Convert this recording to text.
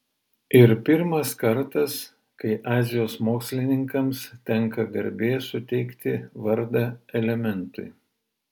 ir pirmas kartas kai azijos mokslininkams tenka garbė suteikti vardą elementui